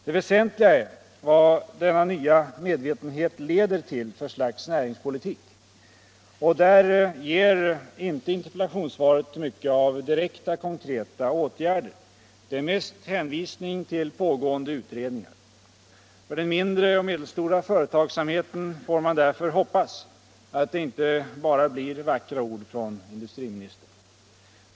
Det väsentliga är, vad denna nya medvetenhet leder till för slags näringspolitik. Där ger inte interpellationssvaret mycket av direkta, konkreta åtgärder — det är mest hänvisningar till pågående utredningar. För de mindre och medelstora företagen får man därför hoppas att det inte bara blir vackra ord från industriministern.